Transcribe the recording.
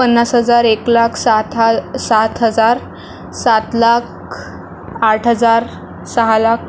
पन्नास हजार एक लाख सात हात सात हजार सात लाख आठ हजार सहा लाख